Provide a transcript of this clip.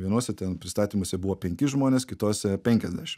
vienuose ten pristatymuose buvo penki žmonės kituose penkiasdešim